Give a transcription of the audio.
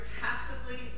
passively